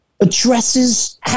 addresses